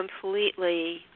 completely